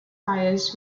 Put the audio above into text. fires